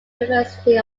university